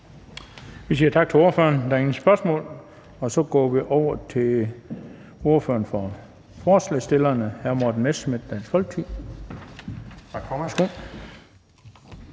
Vi siger tak til ordføreren. Der er ingen spørgsmål. Så går vi over til ordføreren for forslagsstillerne, hr. Morten Messerschmidt, Dansk Folkeparti.